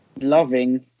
Loving